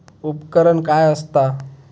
उपकरण काय असता?